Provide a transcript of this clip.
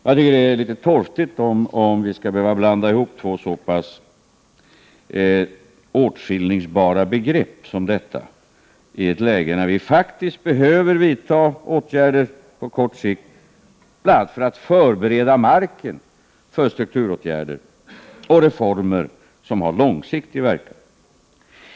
Jag tycker att det är litet torftigt om vi skall behöva blanda ihop så pass åtskiljbara begrepp som dessa i ett läge där vi faktiskt behöver vidta åtgärder på sikt, bl.a. för att förbereda marken för strukturåtgärder och reformer som har långsiktig verkan.